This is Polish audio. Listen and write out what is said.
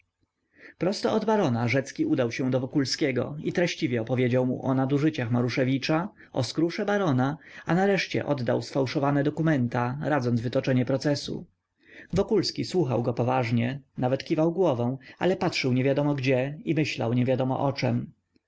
prosto od barona rzecki udał się do wokulskiego i treściwie opowiedział mu o nadużyciach maruszewicza o skrusze barona a nareszcie oddał sfałszowane dokumenta radząc wytoczenie procesu wokulski słuchał go poważnie nawet kiwał głową ale patrzył niewiadomo gdzie i myślał niewiadomo o czem